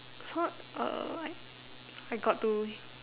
so uh I I got to